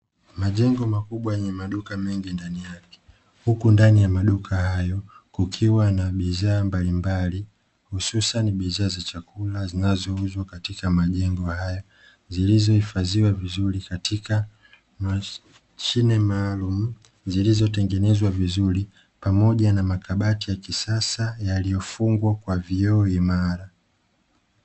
Majengo makubwa yenye maduka mengi ndani yake, huku ndani ya maduka hayo kukiwa na bidhaa mbalimbali hususani bidhaa za chakula zinazo uzwa katika majengo hayo, zilizo hifadhiwa vizuri katika Mashine maalumu; zilizo tengenezwa vizuri pamoja na makabati ya kisasa yaliyo fungwa kwa vioo imara.